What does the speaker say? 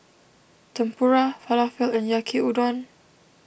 Tempura Falafel and Yaki Udon